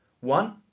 one